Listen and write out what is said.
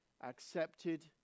accepted